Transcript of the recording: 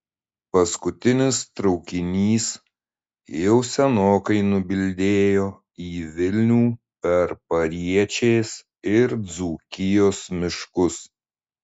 paskutinis traukinys jau senokai nubildėjo į vilnių per pariečės ir dzūkijos miškus